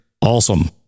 Awesome